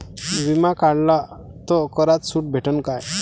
बिमा काढला तर करात सूट भेटन काय?